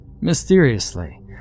Mysteriously